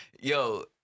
yo